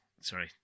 Sorry